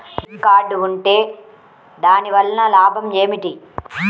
Debit card ఉంటే దాని వలన లాభం ఏమిటీ?